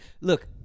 Look